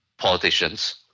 politicians